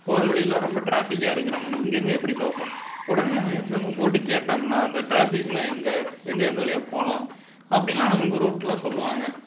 போகிறவழியெல்லாம் ரொம்ப ட்ராஃபிக்காக இருக்குது நம்ம இங்கிருந்து எப்படி பார்ப்போம் உடனே நம்ம எஃப்எம் போட்டு கேட்டோம்னா அந்த ட்ராஃபிக்கெல்லாம் எங்கே எங்கே எந்த வழியாக போகலாம் அப்படியெலாம் நமக்கு ரூட்டெலாம் சொல்லுவாங்க